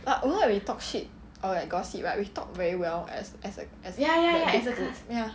whenever like we talk shit or like gossip right we talk very well as as a as a ya